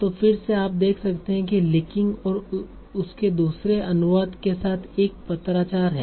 तो फिर से आप देख सकते हैं की लिक्किंग और उसके दूसरे अनुवाद के साथ एक पत्राचार है